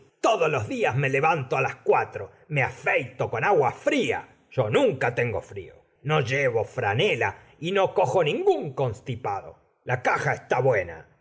todos los días me levanto á las cuatro me afeito con agua fria yo nunca tengo frío no llevo franela y no cojo ningún constipado la caja está buena